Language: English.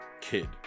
kid